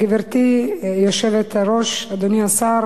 גברתי היושבת-ראש, חברי חברי הכנסת, אדוני השר,